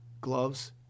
gloves